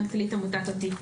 מנכ"לית עמותת אותי.